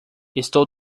estou